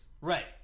Right